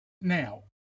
Now